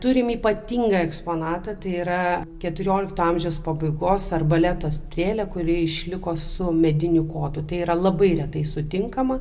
turime ypatingą eksponatą tai yra keturiolikto amžiaus pabaigos arbaleto strėlę kuri išliko su mediniu kotu tai yra labai retai sutinkama